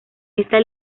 esta